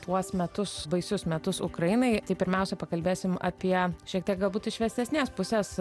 tuos metus baisius metus ukrainai tai pirmiausia pakalbėsim apie šiek tiek galbūt iš šviesesnės pusės